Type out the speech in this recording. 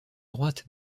droite